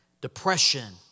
depression